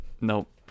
Nope